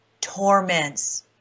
torments